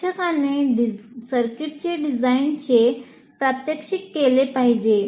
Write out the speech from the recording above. शिक्षकाने सर्किटचे डिझाइनचे प्रात्यक्षिक केले पाहिजे